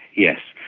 yes,